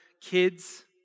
kids